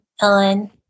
ellen